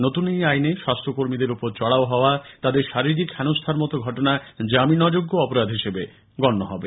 নতুন এই আইনে স্বাস্থ্যকর্মীদের উপর চড়াও হওয়া তাদের শারীরিক হেনস্থার মতো ঘটনা জামিন অযোগ্য অপরাধ হিসাবে গণ্য হবে